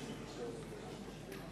מצביע איוב